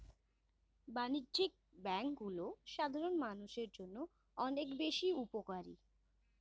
বাণিজ্যিক ব্যাংকগুলো সাধারণ মানুষের জন্য অনেক বেশি উপকারী